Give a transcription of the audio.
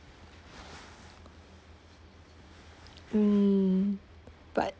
mm but